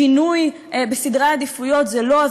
שינוי בסדרי עדיפויות זה לא,